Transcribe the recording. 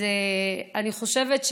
אני חושבת,